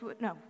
no